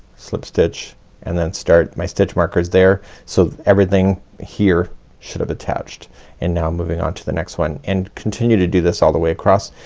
slip stitch and then start my stitch marker's there. so everything here should have attached and now i'm moving on to the next one. and continue to do this all the way across.